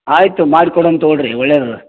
ಆಯಿತು ಮಾಡ್ಕೊಡೋಣ್ ತಗೊಳ್ಳಿರಿ ಒಳ್ಳೇದದ